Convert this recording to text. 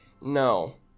No